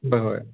ꯍꯣꯏ ꯍꯣꯏ